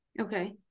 Okay